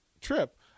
trip